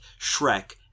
Shrek